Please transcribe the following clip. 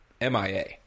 MIA